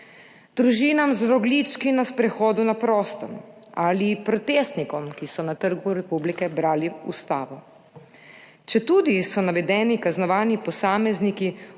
družinam z rogljički na sprehodu na prostem ali protestnikom, ki so na Trgu republike brali ustavo. Četudi so navedeni kaznovani posamezniki